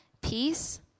peace